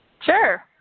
Sure